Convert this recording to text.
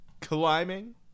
climbing